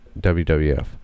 WWF